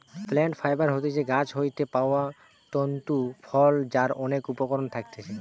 plant fibre হতিছে গাছ হইতে পাওয়া তন্তু ফল যার অনেক উপকরণ থাকতিছে